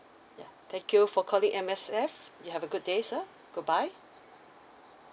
yeah thank you for calling M_S_F you have a good day sir goodbye